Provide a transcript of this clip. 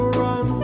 run